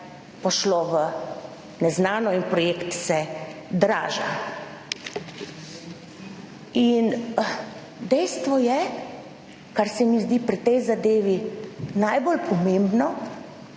šlo v neznano in projekt se draži. Dejstvo je - kar se mi zdi pri tej zadevi najbolj pomembno